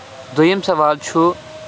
دوٚیُم سوال چھُ